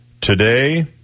Today